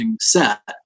set